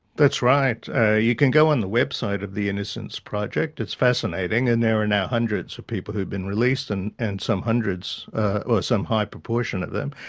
that's right. you can go on the website of the innocence project, it's fascinating, and there are now hundreds of people who've been released and and some hundreds, or some high proportion of them,